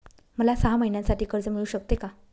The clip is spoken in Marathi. मला सहा महिन्यांसाठी कर्ज मिळू शकते का?